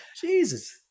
Jesus